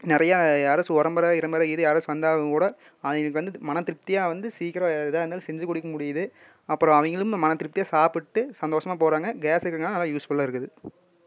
நிறையா யாராச்சும் ஒரம்பர இரம்பர யாராச்சும் வந்தாலும் கூட அவங்களுக்கு வந்து மனதிருப்தியாக வந்து சீக்கிரம் எதாக இருந்தாலும் செஞ்சு கொடுக்க முடியுது அப்புறம் அவங்களும் மன திருப்தியாக சாப்பிட்டு சந்தோஷமாக போகிறாங்க கேஸ் இருக்குறதுனால் நல்லா யூஸ்ஃபுல்லாக இருக்குது